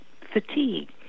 fatigue